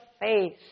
faith